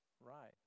right